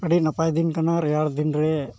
ᱟᱹᱰᱤ ᱱᱟᱯᱟᱭ ᱫᱤᱱ ᱠᱟᱱᱟ ᱨᱮᱭᱟᱲ ᱫᱤᱱ ᱨᱮ